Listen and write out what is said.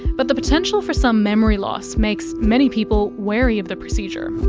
but the potential for some memory loss makes many people wary of the procedure.